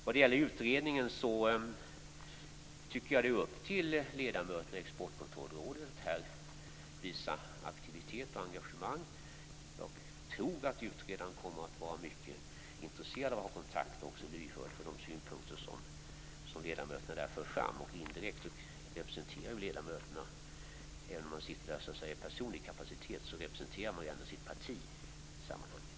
När det gäller utredningen tycker jag att det är upp till ledamöterna i Exportkontrollrådet att visa aktivitet och engagemang. Jag tror att utredaren kommer att vara mycket intresserad av att ha kontakt och också vara lyhörd för de synpunkter som ledamöterna för fram. Även om ledamöterna sitter i rådet i kraft av sin personliga kapacitet representerar de ju ändå indirekt sitt parti i sammanhanget.